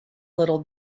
little